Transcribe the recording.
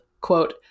quote